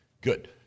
Good